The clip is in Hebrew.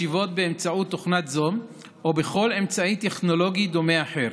ישיבות באמצעות תוכנת זום או בכל אמצעי טכנולוגי דומה אחר,